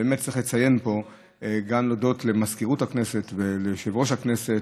באמת צריך לציין פה ולהודות למזכירות הכנסת וליושב-ראש הכנסת,